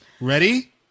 Ready